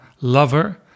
lover